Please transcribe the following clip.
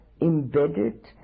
embedded